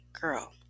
girl